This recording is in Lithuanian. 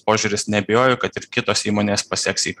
požiūris neabejoju kad ir kitos įmonės paseks į